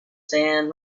sand